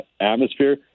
atmosphere